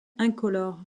incolore